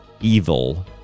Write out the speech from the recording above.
evil